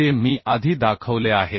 जे मी आधी दाखवले आहेत